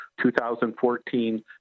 2014